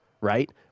right